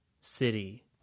city